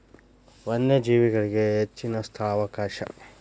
ವನ್ಯಜೇವಿಗಳಿಗೆ ಹೆಚ್ಚಿನ ಸ್ಥಳಾವಕಾಶ